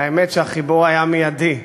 והאמת שהחיבור היה מיידי,